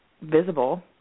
visible